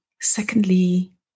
Secondly